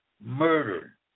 murder